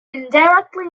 indirectly